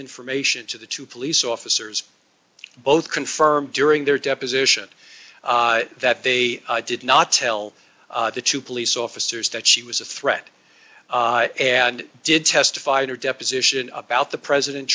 information to the two police officers both confirmed during their deposition that they did not tell the two police officers that she was a threat and did testify in her deposition about the president